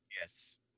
Yes